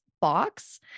box